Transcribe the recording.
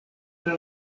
tra